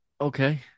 Okay